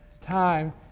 time